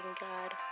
God